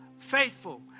Faithful